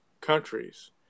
countries